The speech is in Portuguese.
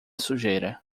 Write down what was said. sujeira